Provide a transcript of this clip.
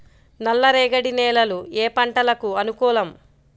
నల్లరేగడి నేలలు ఏ పంటలకు అనుకూలం?